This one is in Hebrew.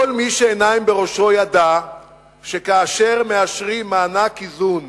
כל מי שעיניים בראשו ידע שכאשר מאשרים מענק איזון